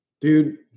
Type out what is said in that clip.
Dude